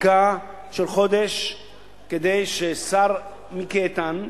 ארכה של חודש כדי שהשר מיקי איתן,